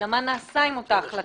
אלא מה נעשה עם אותה החלטה.